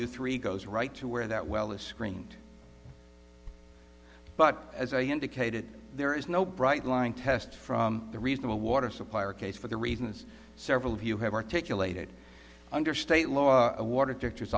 you three goes right to where that well is screened but as i indicated there is no bright line test from the reasonable water supplier case for the reasons several of you have articulated under state law awarded directors